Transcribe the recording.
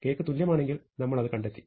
K ക്ക് തുല്യമാണെങ്കിൽ നമ്മൾ അത് കണ്ടെത്തി